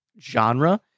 genre